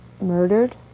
murdered